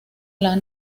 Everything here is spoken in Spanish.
las